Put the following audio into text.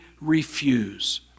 refuse